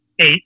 Eight